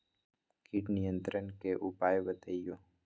किट नियंत्रण के उपाय बतइयो?